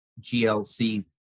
glc